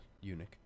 eunuch